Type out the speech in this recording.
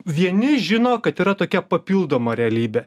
vieni žino kad yra tokia papildoma realybė